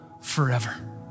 forever